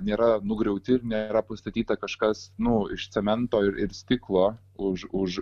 nėra nugriauti ir nėra pastatyta kažkas nu iš cemento ir stiklo už už